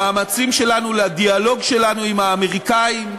למאמצים שלנו, לדיאלוג שלנו, עם האמריקנים,